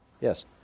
Yes